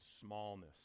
smallness